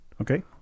okay